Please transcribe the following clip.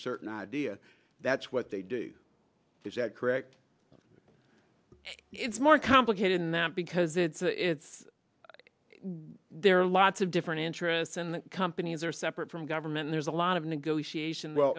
a certain idea that's what they do is that correct it's more complicated than that because it's it's there are lots of different interests and companies are separate from government there's a lot of negotiation well